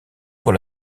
pour